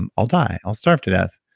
and i'll die. i'll starve to death.